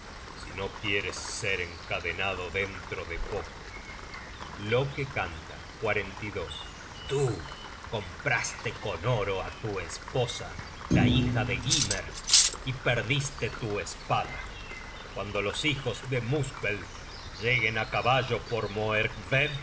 si no quieres ser encadenado dentro de poco loke canta tú compraste con oro á tu esposa la hija de gymer y perdiste tu espada cuando los hijos de muspel lleguen á caballo por